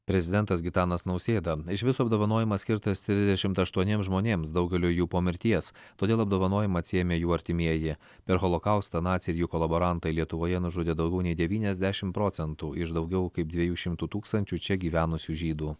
prezidentas gitanas nausėda iš viso apdovanojimas skirtas trisdešimt aštuoniems žmonėms daugelio jų po mirties todėl apdovanojimą atsiėmė jų artimieji per holokaustą naciai ir jų kolaborantai lietuvoje nužudė daugiau nei devyniasdešimt procentų iš daugiau kaip dviejų šimtų tūkstančių čia gyvenusių žydų